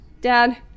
Dad